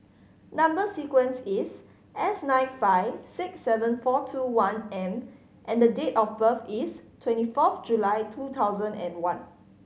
number sequence is S nine five six seven four two one M and the date of birth is twenty fourth July two thousand and one